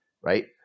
right